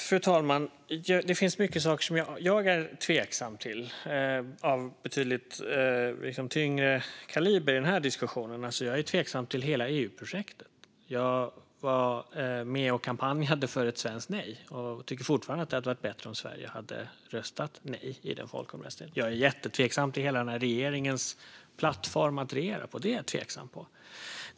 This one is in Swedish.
Fru talman! Jag är tveksam till mycket av betydligt tyngre kaliber i den här diskussionen. Jag är tveksam till hela EU-projektet. Jag var med och kampanjade för ett svenskt nej och tycker fortfarande att det hade varit bättre om Sverige hade röstat nej i den folkomröstningen. Jag är också jättetveksam till regeringens plattform att regera på.